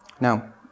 Now